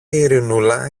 ειρηνούλα